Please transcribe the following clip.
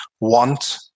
want